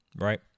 right